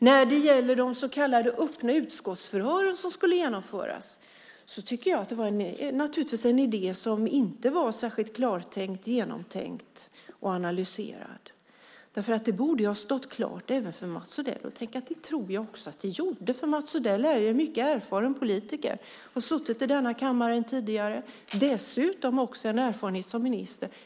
När det gäller de så kallade öppna utskottsförhören som skulle genomföras tycker jag att det var en idé som inte var särskilt klartänkt, genomtänkt och analyserad. Detta borde ha stått klart även för Mats Odell - och det tror jag också att det gjorde. Mats Odell är nämligen en mycket erfaren politiker. Han har suttit i denna kammare tidigare och har dessutom en erfarenhet som minister.